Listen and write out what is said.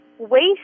Waste